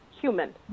human